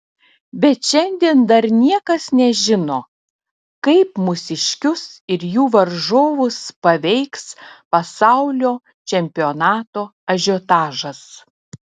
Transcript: bet šiandien dar niekas nežino kaip mūsiškius ir jų varžovus paveiks pasaulio čempionato ažiotažas